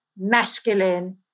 masculine